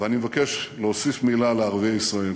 ואני מבקש להוסיף מילה לערביי ישראל: